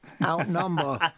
outnumber